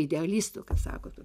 idealistų kaip sako tų